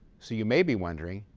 so you may be wondering,